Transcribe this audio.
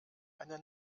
eine